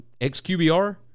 XQBR